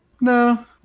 No